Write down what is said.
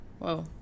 Whoa